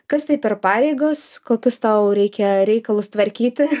kas tai per pareigos kokius tau reikia reikalus tvarkyti